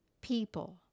people